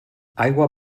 aigua